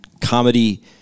comedy